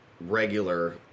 regular